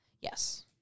Yes